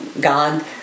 God